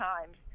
times